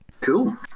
cool